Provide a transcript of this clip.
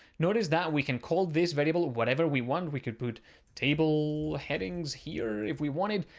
notice that we can call this variable whatever we want. we could put table headings here if we wanted.